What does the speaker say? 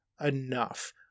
enough